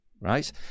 right